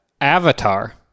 Avatar